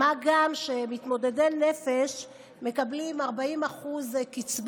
מה גם שמתמודדי נפש מקבלים 40% קצבה